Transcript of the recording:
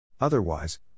Otherwise